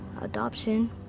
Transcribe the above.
adoption